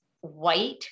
white